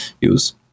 use